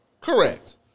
correct